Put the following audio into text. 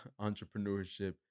entrepreneurship